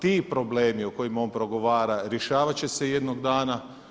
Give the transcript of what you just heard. Ti problemi o kojima on progovara rješavat će se jednog dana.